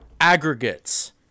aggregates